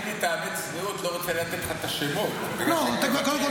אני מטעמי צניעות לא רוצה לתת לך את השמות בגלל שאם תבקש,